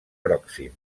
pròxim